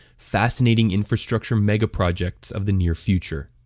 fascinating infrastructure megaprojects of the near future.